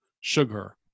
sugar